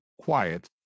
quiet